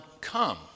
come